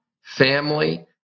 family